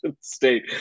State